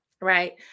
Right